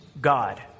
God